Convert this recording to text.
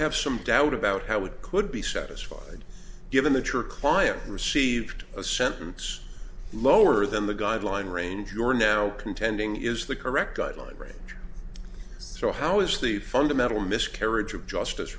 have some doubt about how it could be satisfied given that your client received a sentence lower than the guideline range your now contending is the correct guideline range so how is the fundamental miscarriage of justice